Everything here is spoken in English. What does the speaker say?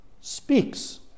speaks